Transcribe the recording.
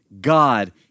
God